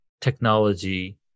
technology